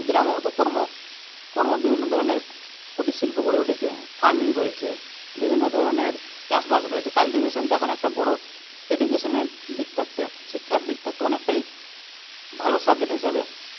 গ্রামেও তো কর্ম কর্ম বিভিন্ন ধরণের কুটির শিল্প গড়ে উঠেছে ফারমিং রয়েছে বিভিন্ন ধরণের চাষবাস রয়েছে কালটিভেশান তো এখন একটা বড়ো এডুকেশানের দিক থাকতে শিক্ষার দিক থাকতে অনেকটাই ভালো সাবজেক্ট হিসাবে